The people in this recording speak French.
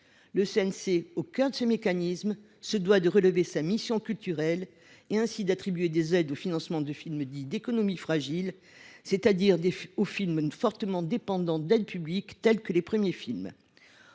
». Au cœur de ce mécanisme, le CNC se doit d’accomplir sa mission culturelle, et partant, d’attribuer des aides au financement de films dits d’économie fragile, c’est à dire aux films fortement dépendants d’aides publiques, tels que les premiers films